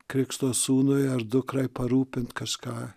krikšto sūnui ar dukrai parūpint kažką